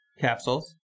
capsules